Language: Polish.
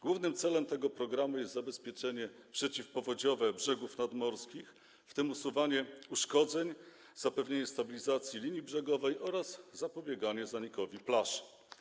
Głównym celem tego programu jest zabezpieczenie przeciwpowodziowe brzegów nadmorskich, w tym usuwanie uszkodzeń, zapewnienie stabilizacji linii brzegowej oraz zapobieganie zanikowi plaż.